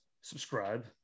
subscribe